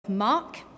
Mark